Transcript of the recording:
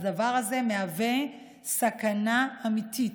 הדבר הזה מהווה סכנה אמיתית,